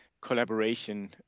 collaboration